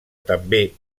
també